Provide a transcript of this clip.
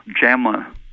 JAMA